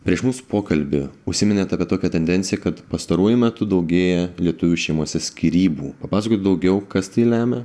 prieš mūsų pokalbį užsiminėt kad tokią tendenciją kad pastaruoju metu daugėja lietuvių šeimose skyrybų papasakokit daugiau kas tai lemia